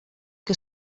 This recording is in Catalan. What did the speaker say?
que